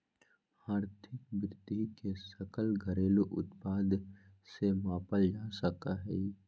आर्थिक वृद्धि के सकल घरेलू उत्पाद से मापल जा सका हई